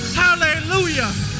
hallelujah